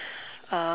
um